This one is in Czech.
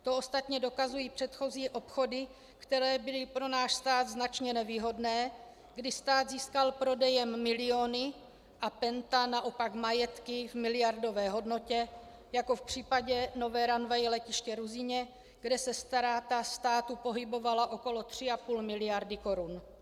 To ostatně dokazují předchozí obchody, které byly pro náš stát značně nevýhodné, kdy stát získal prodejem miliony a PENTA naopak majetky v miliardové hodnotě, jako v případě nové ranveje letiště Ruzyně, kde se ztráta státu pohybovala okolo 3,5 mld. korun.